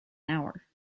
hour